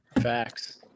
Facts